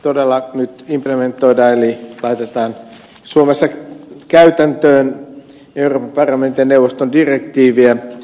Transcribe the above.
todella nyt implementoidaan eli laitetaan suomessa käytäntöön euroopan parlamentin ja neuvoston direktiiviä